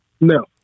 No